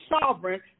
sovereign